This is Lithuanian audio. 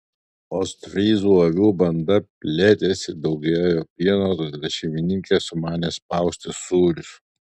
ostfryzų avių banda plėtėsi daugėjo pieno todėl šeimininkė sumanė spausti sūrius